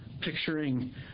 picturing